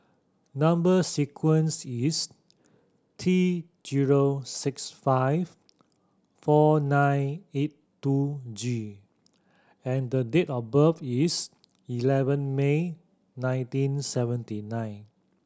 number sequence is T zero six five four nine eight two G and date of birth is eleven May nineteen seventy nine